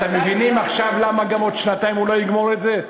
אתם מבינים עכשיו למה גם עוד שנתיים הוא לא יגמור את זה?